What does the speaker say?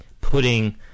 putting